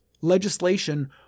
legislation